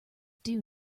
due